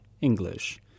English